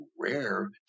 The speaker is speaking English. rare